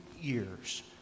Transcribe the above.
years